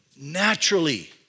naturally